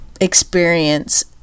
experience